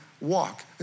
walk